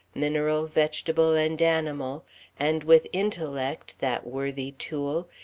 mineral, vegetable and animal and with intellect, that worthy tool,